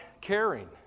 caring